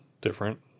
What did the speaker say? different